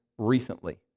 recently